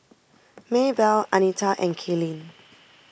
Maebelle Anita and Kaylene